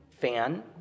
fan